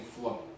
flow